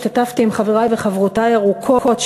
השתתפתי עם חברי וחברותי ארוכות,